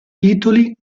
titoli